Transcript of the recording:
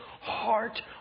heart